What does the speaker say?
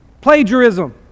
Plagiarism